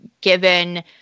given